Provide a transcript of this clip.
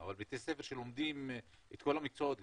וגם נותנים את המאמץ גם שלי,